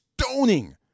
stoning